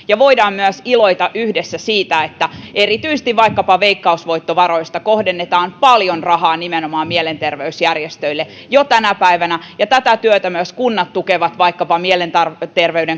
ja voidaan myös iloita yhdessä siitä että erityisesti vaikkapa veikkausvoittovaroista kohdennetaan paljon rahaa nimenomaan mielenterveysjärjestöille jo tänä päivänä ja tätä työtä myös kunnat tukevat vaikkapa mielenterveyden